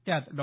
त्यात डॉ